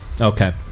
Okay